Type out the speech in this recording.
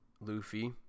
Luffy